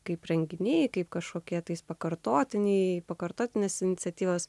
kaip renginiai kaip kažkokietais pakartotiniai pakartotinės iniciatyvos